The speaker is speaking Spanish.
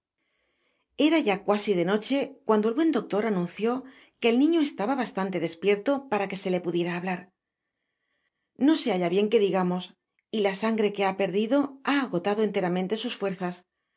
era ya cuasi de noche cuando el buen doctor anunció que et niño estaba bastante despierto para que se le pudiera hablar no se halla bien que digamos y la sangre que ha perdido ha agotado enteramente sus fueras